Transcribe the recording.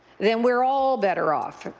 then we're all better off,